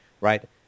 right